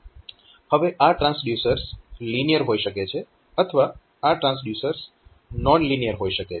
હવે આ transducers linear હોઈ શકે છે અથવા આ ટ્રાન્સડ્યુસર્સ નોન લિનીયર હોઈ શકે છે